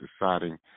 deciding